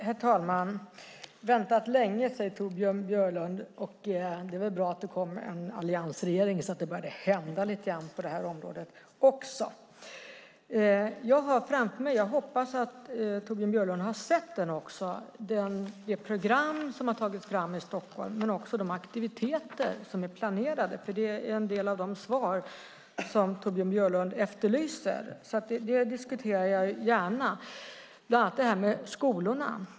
Herr talman! Vi har väntat länge, säger Torbjörn Björlund. Det var väl bra att det kom en alliansregering så att det började hända lite grann på det här området också. Jag har framför mig, jag hoppas att Torbjörn Björlund har sett det också, det program som har tagits fram i Stockholm, men också de aktiviteter som är planerade. Det är en del av de svar som Torbjörn Björlund efterlyste. Det diskuterar jag gärna, bland annat skolorna.